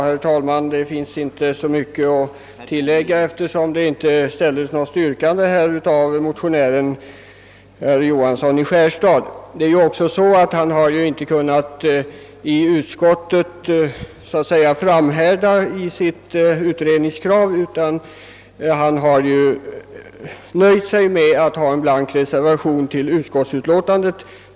Herr talman! Eftersom motionären herr Johansson i Skärstad inte ställde något yrkande, är det inte mycket att tillägga. Herr Johansson, som är en värderad ledamot i utskottet, har där inte heller framhärdat med sitt utredningskrav utan nöjt sig med en blank reservation till utskottets utlåtande.